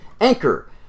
Anchor